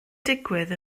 digwydd